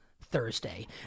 Thursday